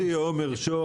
עומר, שוהם.